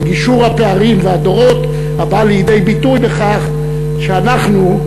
בגישור הפערים והדורות הבא לידי ביטוי בכך שאנחנו,